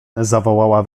zawołała